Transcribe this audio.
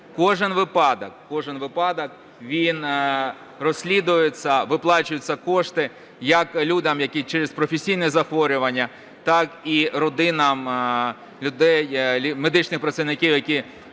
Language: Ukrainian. кожен випадок, він розслідується, виплачуються кошти, як людям, які через професійне захворювання, так і родинам медичних працівників, які